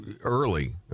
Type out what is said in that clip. early